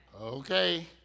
Okay